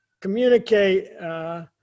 communicate